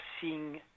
seeing